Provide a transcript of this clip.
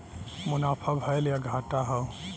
मुनाफा भयल या घाटा हौ